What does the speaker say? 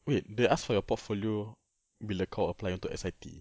wait they asked for your portfolio bila kau apply untuk S_I_T